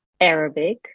Arabic